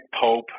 Pope